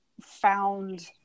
found